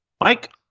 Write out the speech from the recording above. Mike